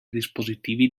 dispositivi